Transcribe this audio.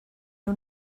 nhw